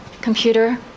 computer